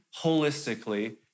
holistically